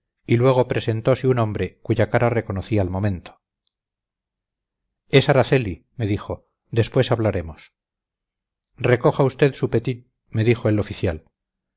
y luego presentose un hombre cuya cara reconocí al momento es araceli me dijo después hablaremos recoja usted su petit me dijo el oficial